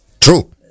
True